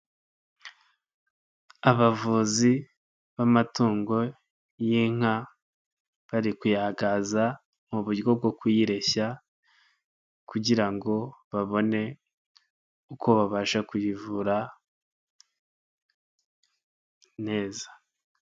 Abavuzi b'amatungo y'inka bari kuyagaza mu buryo bwo kuyireshya kugira ngo babone uko babasha kuyivura neza.